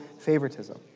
favoritism